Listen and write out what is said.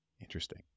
Interesting